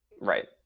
right